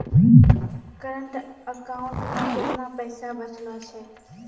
Current account मे केतना पैसा बचलो छै?